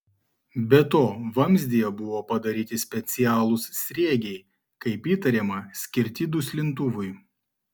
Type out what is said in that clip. be to vamzdyje buvo padaryti specialūs sriegiai kaip įtariama skirti duslintuvui